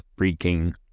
freaking